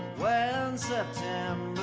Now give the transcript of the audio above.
when september